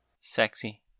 Sexy